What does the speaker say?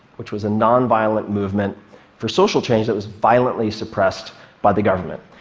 which was a nonviolent movement for social change that was violently suppressed by the government.